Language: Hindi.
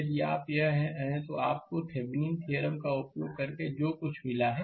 यदि आप यह है तो आप को थेविनीन थ्योरम का उपयोग करके जो कुछ भी मिला है